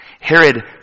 Herod